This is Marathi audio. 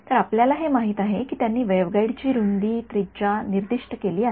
तर आपल्याला हे माहित आहे की त्यांनी वेव्हगाईडची रूंदी त्रिज्या निर्दीष्ट केली आहे